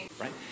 right